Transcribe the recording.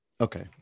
Okay